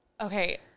okay